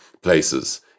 places